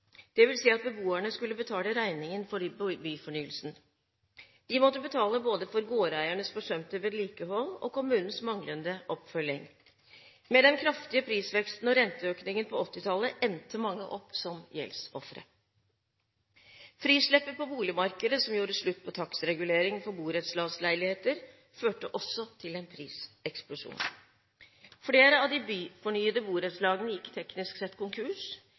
at beboerne skulle betale regningen for byfornyelsen. De måtte betale både for gårdeiernes forsømte vedlikehold og for kommunens manglende oppfølging. Med den kraftige prisveksten og renteøkningen på 1980-tallet endte mange opp som gjeldsofre. Frisleppet på boligmarkedet, som gjorde slutt på takstregulering for borettslagsleiligheter, førte også til en priseksplosjon. Flere av de byfornyede borettslagene gikk teknisk sett konkurs,